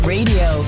Radio